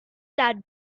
that